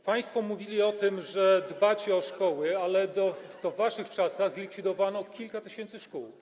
Państwo mówiliście o tym, że dbacie o szkoły, ale to w waszych czasach zlikwidowano kilka tysięcy szkół.